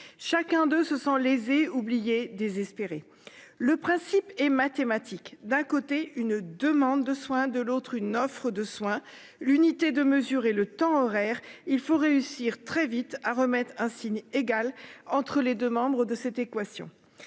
chacun de se sent lésé oublié désespérée. Le principe est mathématique. D'un côté une demande de soin de l'autre une offre de soins. L'unité de mesurer le temps horaire, il faut réussir très vite à remettre un signe égal entre les deux membres de cette équation.